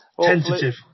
Tentative